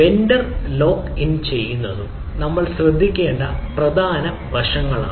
vendor lock in ചെയ്യുന്നതും നമ്മൾ ശ്രദ്ധിക്കേണ്ട പ്രധാന വശങ്ങളാണ്